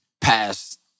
past